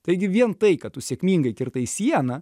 taigi vien tai kad tu sėkmingai kirtai sieną